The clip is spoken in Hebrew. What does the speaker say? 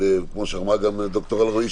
כמו שאמרה גם ד"ר אלרעי,